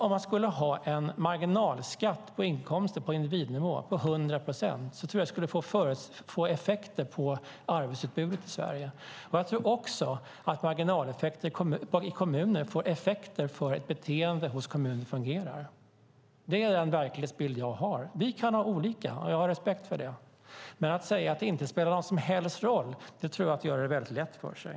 Om man skulle ha en marginalskatt på inkomster på individnivå på 100 procent tror jag att det skulle få effekter på arbetsutbudet i Sverige. Jag tror också att marginaleffekter i kommuner får effekter för hur beteendet i kommunerna fungerar. Det är den verklighetsbild jag har. Vi kan ha olika verklighetsbilder, och jag har respekt för det. Men att säga att det spelar någon som helst roll tror jag är att göra det väldigt lätt för sig.